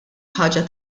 ħaġa